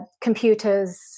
computers